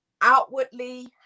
outwardly